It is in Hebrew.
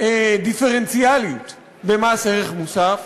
דיפרנציאליות במס ערך מוסף.